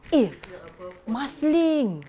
eh marsiling